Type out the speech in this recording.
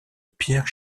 pierre